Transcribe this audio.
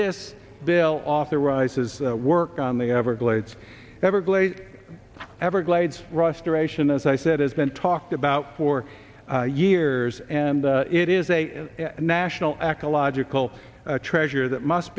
this bill authorizes work on the everglades everglades everglades russ duration as i said has been talked about for years and it is a national ecological treasure that must